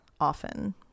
often